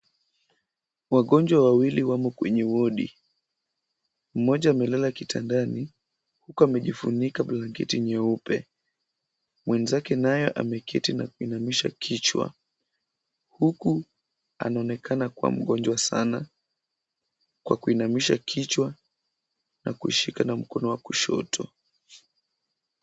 Wagonjwa wawili wamo kwenye wodi. Mmoja amelala kitandani huku amejifunika blanketi nyeupe. Mwenzake naye ameketi na kuinamisha kichwa huku anaonekana kuwa mgonjwa sana kwa kuinamisha kichwa na kuishika na mkono wa kushoto.